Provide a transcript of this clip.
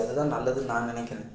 அதுதான் நல்லதுன்னு நான் நினைக்கிறேன்